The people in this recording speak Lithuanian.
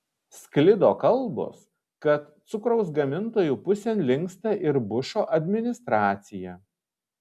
sklido kalbos kad cukraus gamintojų pusėn linksta ir bušo administracija